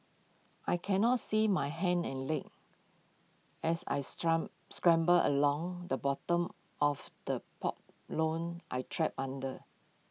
I cannot see my hands and legs as I scramble along the bottom of the lone I trapped under